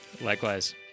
Likewise